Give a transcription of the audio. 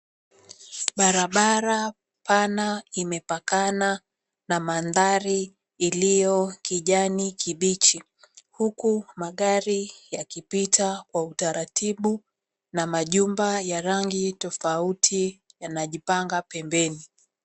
Barabara pana imepakana na mandhari iliyo kijani kibichi, huku magari yakipita kwa utaratibu mna majumba ya rangi tofauti yanajipanga pembeni